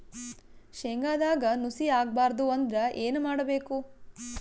ಶೇಂಗದಾಗ ನುಸಿ ಆಗಬಾರದು ಅಂದ್ರ ಏನು ಮಾಡಬೇಕು?